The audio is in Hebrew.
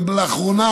לאחרונה